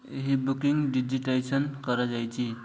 ଏହି booking digitisation କରାଯାଇଛିି